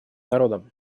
народом